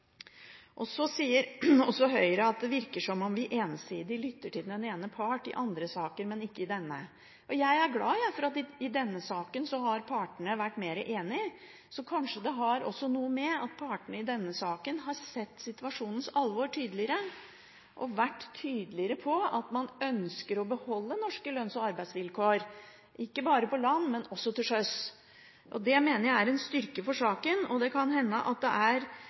frykte. Så sier også Høyre at det virker som om vi ensidig lytter til den ene part i andre saker, men ikke i denne. Jeg er glad for at partene i denne saken har vært mer enige. Kanskje har det også noe å gjøre med at partene i denne saken har sett situasjonens alvor tydeligere, og vært tydeligere på at man ønsker å beholde norske lønns- og arbeidsvilkår – ikke bare på land, men også til sjøs. Det mener jeg er en styrke for saken. Jeg må si at